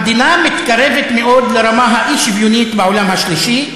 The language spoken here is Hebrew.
המדינה מתקרבת מאוד לרמה האי-שוויונית בעולם השלישי.